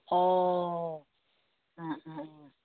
अ